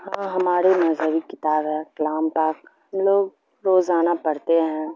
ہاں ہمارے مذہبی کتاب ہے کلام پاک ہم لوگ روزانہ پڑھتے ہیں